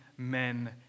men